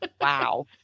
Wow